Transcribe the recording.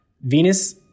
Venus